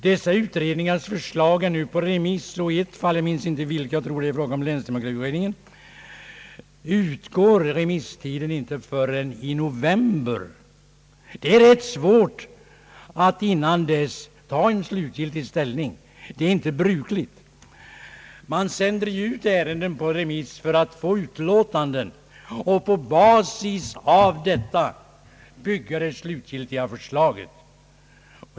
Dessa utredningars förslag är nu på remiss, och i ett fall — jag tror det gäller länsdemokratiutredningen — utgår inte remisstiden förrän i november. Det är svårt att dessförinnan ta slutgiltig ställning. Detta är heller inte brukligt. Ärenden sänds ju på remiss för att få utlåtanden om dessa, varefter man på grundval av dessa utlåtanden gör upp det slutliga förslaget.